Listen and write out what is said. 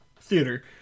theater